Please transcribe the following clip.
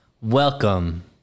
Welcome